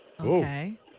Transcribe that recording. Okay